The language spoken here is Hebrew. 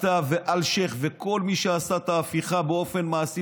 אתה ואלשיך וכל מי שעשה את ההפיכה באופן מעשי